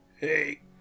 hey